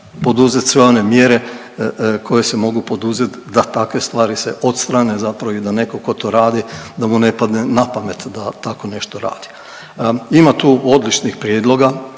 poduzet sve one mjere koje se mogu poduzet da takve stvari se odstrane zapravo i da neko ko to radi da mu ne padne na pamet da tako nešto radi. Ima tu odličnih prijedloga,